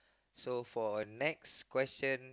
so for the next question